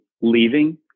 leaving